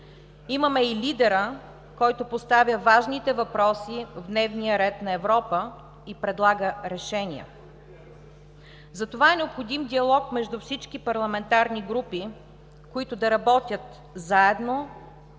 имаме и лидера, който поставя важните въпроси в дневния ред на Европа, и предлага решения. Затова е необходим диалог между всички парламентарни групи, които да работят заедно